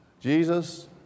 Jesus